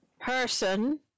person